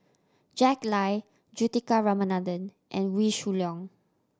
Jack Lai Juthika Ramanathan and Wee Shoo Leong